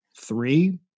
three